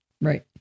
Right